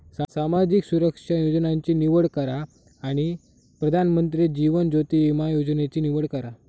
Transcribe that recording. सामाजिक सुरक्षा योजनांची निवड करा आणि प्रधानमंत्री जीवन ज्योति विमा योजनेची निवड करा